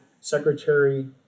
secretary